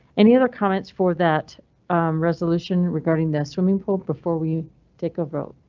any other comments for that resolution regarding this swimming pool before we take over?